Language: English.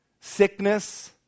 sickness